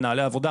מנהלי העבודה,